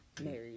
Married